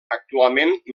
actualment